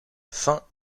fins